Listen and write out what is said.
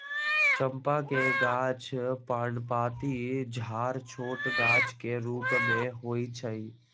चंपा के गाछ पर्णपाती झाड़ छोट गाछ के रूप में होइ छइ